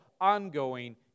ongoing